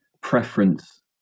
preference